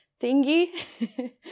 thingy